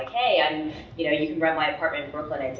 hey, and you know you can rent my apartment in brooklyn, i'd say,